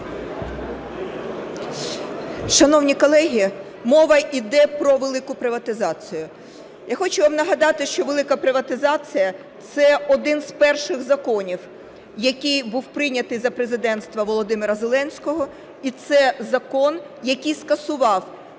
Шановні колеги, мова іде про велику приватизацію. Я хочу вам нагади, що велика приватизація – це один із перших законів, який був прийнятий за президенства Володимира Зеленського, і це закон, який скасував